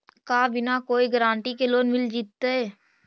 का बिना कोई गारंटी के लोन मिल जीईतै?